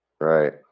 Right